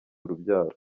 urubyaro